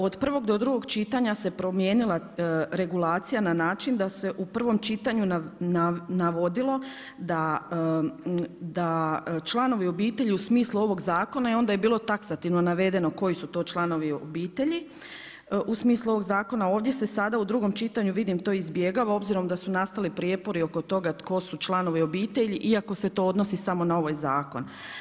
Od prvog do drugog čitanja se primijenila regulacija na način da se u prvom čitanju navodilo da članovi obitelji u smislu ovog zakona i onda je bilo taksativno navedeno koji su to članovi obitelji, u smislu ovog zakona ovdje se sada u drugom čitanju vidim to izbjegava obzirom da su nastali prijepori oko toga tko su članovi obitelji iako se to odnosi samo na ovaj zakon.